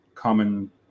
common